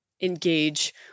engage